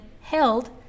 held